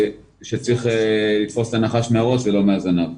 שצריך לתפוס את הנחש מהראש ולא מהזנב,